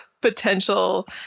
potential